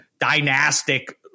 dynastic